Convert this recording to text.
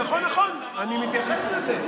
נכון, נכון, אני מתייחס לזה.